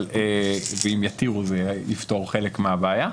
אם יתירו, זה יפתור חלק מהבעיה.